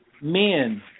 Men